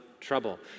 trouble